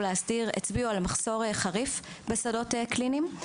להסתיר הצביעו על מחסור חריף בשדות קליניים,